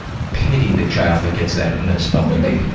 pity the child that gets that in a spelling bee.